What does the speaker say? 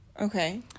okay